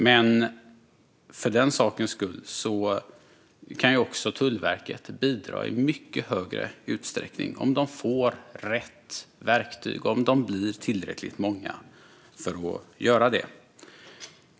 Men för den sakens skull kan Tullverket också bidra i mycket större utsträckning, om de får rätt verktyg och om de blir tillräckligt många.